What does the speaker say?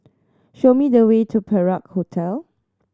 show me the way to Perak Hotel